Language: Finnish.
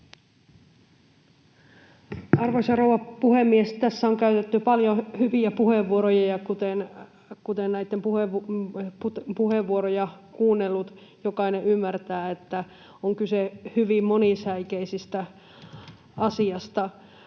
Arvoisa rouva puhemies! Tässä on käytetty paljon hyviä puheenvuoroja, ja kun näitä puheenvuoroja on kuunnellut, jokainen ymmärtää, että on kyse hyvin monisäikeisestä asiasta.